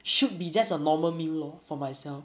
should be just a normal meal lor for myself